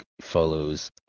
follows